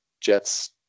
Jets